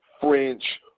French